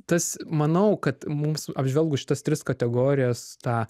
tas manau kad mums apžvelgus šitas tris kategorijas tą